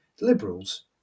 Liberals